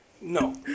No